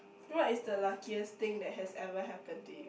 what is the luckiest thing that has ever happen to you